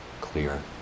clear